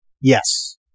Yes